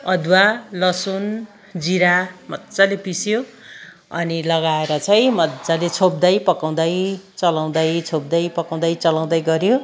अदुवा लसुन जिरा मज्जाले पिस्यो अनि लगाएर चाहिँ मज्जाले छोप्दै पकाउँदै चलाउँदै छोप्दै पकाउँदै चलाउँदै गर्यो